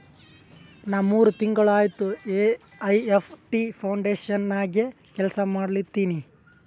ನಾ ಮೂರ್ ತಿಂಗುಳ ಆಯ್ತ ಎ.ಐ.ಎಫ್.ಟಿ ಫೌಂಡೇಶನ್ ನಾಗೆ ಕೆಲ್ಸಾ ಮಾಡ್ಲತಿನಿ